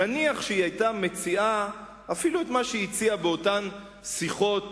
נניח שהיתה מציעה, אפילו את מה שהציעה באותן שיחות